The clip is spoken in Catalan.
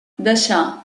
deixà